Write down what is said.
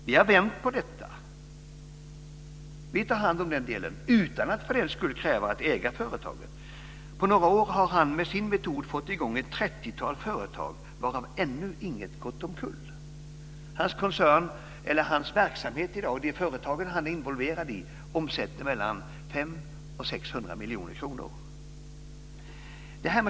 Vi har vänt på detta, säger han vidare. Vi tar hand om den delen, utan att för den skull kräva att äga företaget. På några år har han med sin metod fått i gång ett 30-tal företag varav ännu inget gått omkull. Hans verksamhet, de företag han är involverad i, omsätter i dag mellan 500 och 600 miljoner kronor.